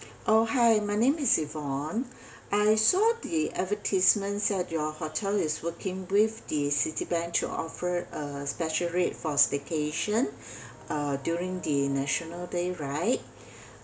oh hi my name is yvonne I saw the advertisements that your hotel is working with the Citibank to offer a special rate for staycation uh during the national day right